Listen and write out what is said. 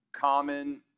common